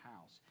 house